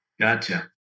Gotcha